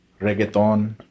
reggaeton